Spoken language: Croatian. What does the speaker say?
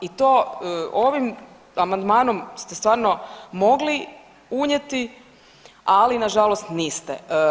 I to ovim amandmanom ste stvarno mogli unijeti, ali nažalost niste.